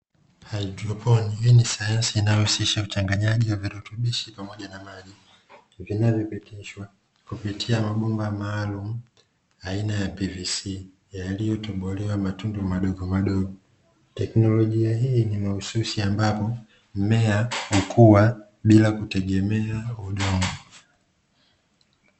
Haidroponi, hii ni sayansi inayohusisha uchanganyaji wa virutubisho pamoja na maji vinavyopitisha kupitia mabomba maalumu aina ya "PVC" yaliotobolewa matundu madogomadogo. Tekinologia hii ni mahususi ambapo mmea hukua bila kutegemea udongo.